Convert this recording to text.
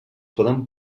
poden